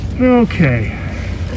Okay